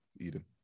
Eden